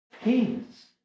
peace